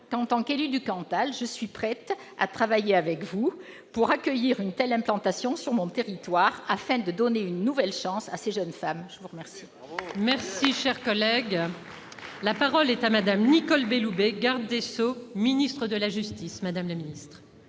en tant qu'élue du Cantal, je suis prête à travailler avec vous pour accueillir une telle implantation sur mon territoire et donner une nouvelle chance à ces jeunes femmes. La parole